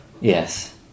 yes